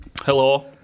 Hello